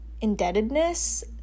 indebtedness